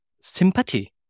sympathy